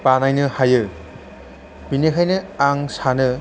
बानायनो हायो बेनिखायनो आं सानो